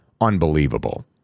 Unbelievable